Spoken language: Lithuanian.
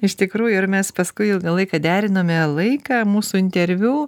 iš tikrųjų ir mes paskui ilgą laiką derinome laiką mūsų interviu